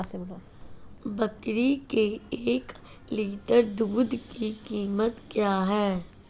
बकरी के एक लीटर दूध की कीमत क्या है?